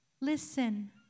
Listen